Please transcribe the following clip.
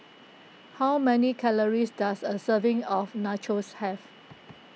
how many calories does a serving of Nachos have